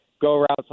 go-routes